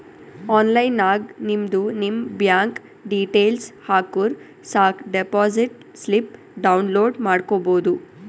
online ನಾಗ್ ನಿಮ್ದು ನಿಮ್ ಬ್ಯಾಂಕ್ ಡೀಟೇಲ್ಸ್ ಹಾಕುರ್ ಸಾಕ್ ಡೆಪೋಸಿಟ್ ಸ್ಲಿಪ್ ಡೌನ್ಲೋಡ್ ಮಾಡ್ಕೋಬೋದು